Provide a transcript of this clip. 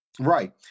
Right